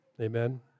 Amen